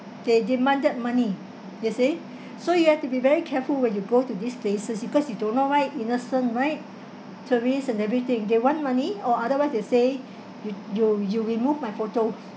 they demanded money you see so you have to be very careful when you go to these places because you don't know right innocent right tourists and everything they want money or otherwise they say you you you remove my photos